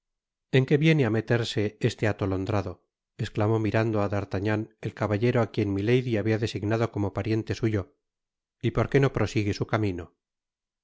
en qué viene á meterse este atolondrado esclamó mirando á d'artagnan el caballero á quien milady habia designado como pariente suyo y por qué no prosigue su camino